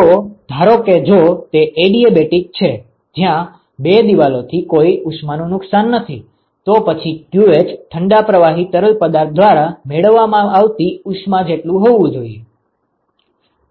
તોધારો કે જો તે એડિએબેટિક છે જ્યાં બે દિવાલોથી કોઈ ઉષ્માનું નુકસાન નથી તો પછી qh ઠંડા પ્રવાહી તરલ પદાર્થ દ્વારા મેળવવામાં આવતી ઉષ્મા જેટલુ હોવું જોઈએ